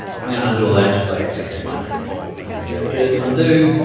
i'm gonna undo all that, cuz i actually had mine okay. so i'm gonna go edit undo,